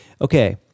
Okay